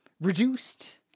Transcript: reduced